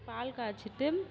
பால் காய்ச்சிட்டு